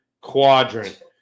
quadrant